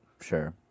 sure